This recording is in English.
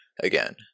again